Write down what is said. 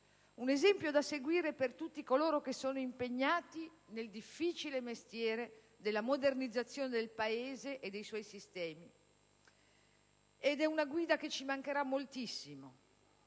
un esempio da seguire per tutti coloro che sono impegnati nel difficile mestiere della modernizzazione del Paese e dei suoi sistemi. Ed è una guida che ci mancherà moltissimo: